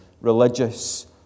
religious